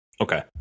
Okay